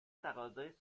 تقاضای